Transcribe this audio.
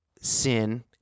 sin